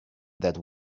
that